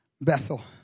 Bethel